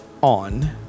on